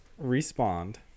respond